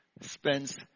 spends